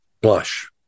blush